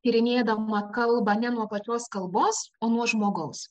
tyrinėdama kalbą ne nuo pačios kalbos o nuo žmogaus